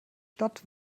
statt